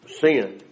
sin